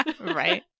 Right